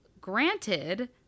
granted